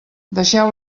deixeu